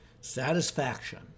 satisfaction